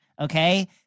okay